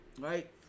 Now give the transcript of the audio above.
right